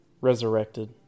resurrected